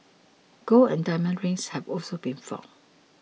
gold and diamond rings have also been found